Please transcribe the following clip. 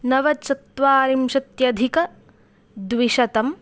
नवचत्वारिंशत्यधिकद्विशतम्